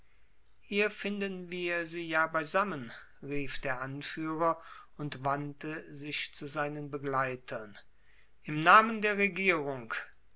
hier finden wir sie ja beisammen rief der anführer und wandte sich zu seinen begleitern im namen der regierung